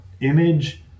image